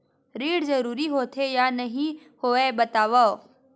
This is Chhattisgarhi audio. ऋण जरूरी होथे या नहीं होवाए बतावव?